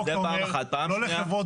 תומר,